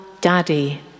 Daddy